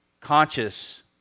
conscious